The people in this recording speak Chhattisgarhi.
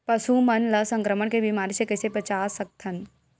पशु मन ला संक्रमण के बीमारी से कइसे बचा सकथन?